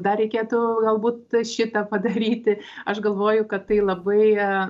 dar reikėtų galbūt šitą padaryti aš galvoju kad tai labai